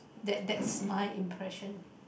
that that is my impression